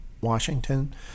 Washington